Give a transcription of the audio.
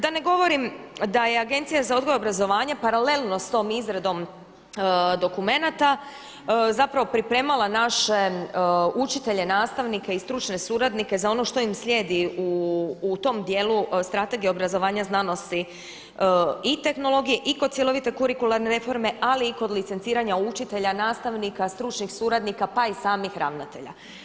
Da ne govorim da je Agencija za odgoj i obrazovanje paralelno sa tom izradom dokumenata pripremala naše učitelje, nastavnike i stručne suradnike za ono što im slijedi u tom dijelu Strategije obrazovanja, znanosti i tehnologije i kod cjelovite kurikuralne reforme, ali i kod licenciranja učitelja, nastavnika, stručnih suradnika pa i samih ravnatelja.